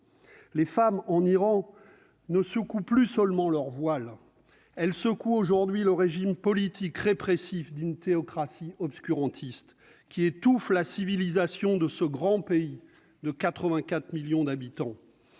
les femmes en Iran ne secoue plus seulement leur voile, elle secoue aujourd'hui le régime politique répressive d'une théocratie obscurantiste qui étouffe la civilisation de ce grand pays de 84 millions d'habitants